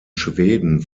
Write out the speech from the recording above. schweden